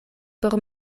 por